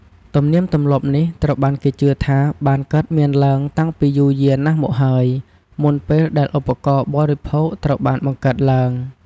ទំនៀមទម្លាប់នេះត្រូវបានគេជឿថាបានកើតមានឡើងតាំងពីយូរយារណាស់មកហើយ មុនពេលដែលឧបករណ៍បរិភោគត្រូវបានបង្កើតឡើង។